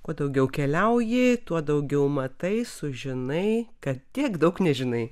kuo daugiau keliauji tuo daugiau matai sužinai kad tiek daug nežinai